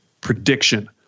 prediction